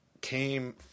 came –